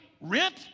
rent